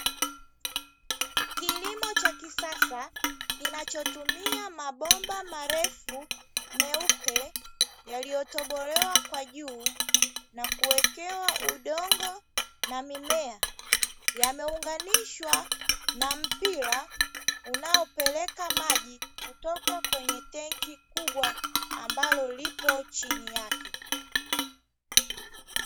Kilimo cha kisasa kinachotumia mabomba marefu meupe yaliyotobolewa kwa juu na kuekewa udongo, na mimea yameunganishwa na mpira unaopeleka maji kutoka kwenye tenki kubwa ambalo liko chini yake.